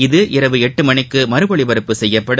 இது இரவு எட்டு மணிக்கு மறுஒலிபரப்பும் செய்யப்படும்